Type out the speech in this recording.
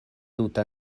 tuta